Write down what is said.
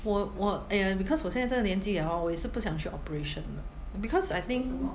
我我 eh and because 我现在这个年纪 hor 我也是不想去 operation because I think